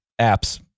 apps